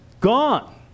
Gone